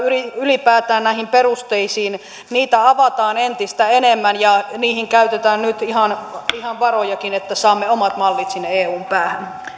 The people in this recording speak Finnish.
ylipäätään näitä perusteita avataan entistä enemmän ja niihin käytetään nyt ihan ihan varojakin että saamme omat mallit sinne eun päähän